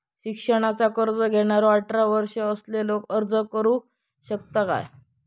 शिक्षणाचा कर्ज घेणारो अठरा वर्ष असलेलो अर्ज करू शकता काय?